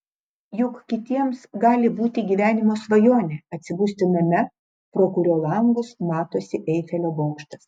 juk kitiems gali būti gyvenimo svajonė atsibusti name pro kurio langus matosi eifelio bokštas